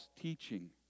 teaching